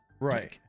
right